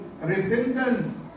repentance